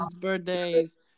birthdays